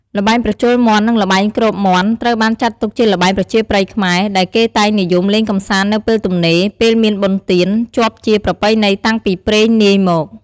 ល្បែងប្រជល់មាន់ និងល្បែងគ្របមាន់ ត្រូវបានចាត់ទុកជាល្បែងប្រជាប្រិយខ្មែរ ដែលគេតែងនិយមលេងកម្សាន្តនៅពេលទំនេរ ពេលមានបុណ្យទាន ជាប់ជាប្រពៃណីតាំងពីព្រេងនាយមក ។